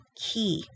key